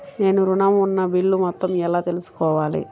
నేను ఋణం ఉన్న బిల్లు మొత్తం ఎలా తెలుసుకోవాలి?